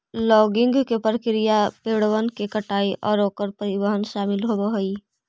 logging के प्रक्रिया में पेड़बन के कटाई आउ ओकर परिवहन शामिल होब हई